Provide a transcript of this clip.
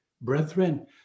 Brethren